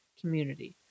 community